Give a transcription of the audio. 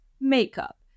makeup